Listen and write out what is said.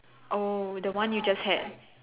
oh the one you just had